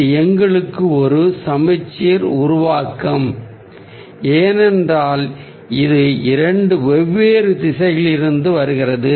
இது எங்களுக்கு ஒரு சமச்சீர் உருவாக்கம் ஏனென்றால் இது இரண்டு வெவ்வேறு திசைகளிலிருந்து வருகிறது